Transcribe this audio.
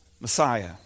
Messiah